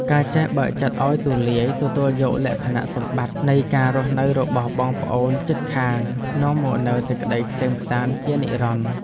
ការចេះបើកចិត្តឱ្យទូលាយទទួលយកលក្ខណៈសម្បត្តិនៃការរស់នៅរបស់បងប្អូនជិតខាងនាំមកនូវសេចក្តីក្សេមក្សាន្តជានិរន្តរ៍។